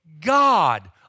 God